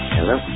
Hello